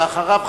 ואחריו,